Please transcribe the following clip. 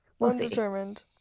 undetermined